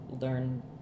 learn